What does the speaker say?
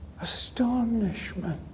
astonishment